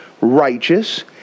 righteous